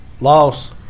Loss